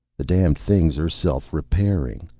the damned things are self-repairing.